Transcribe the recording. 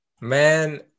man